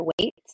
weight